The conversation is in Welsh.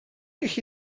gallu